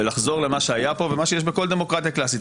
ולחזור למה שהיה פה ומה שיש בכל דמוקרטיה קלאסית.